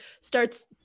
starts